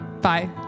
Bye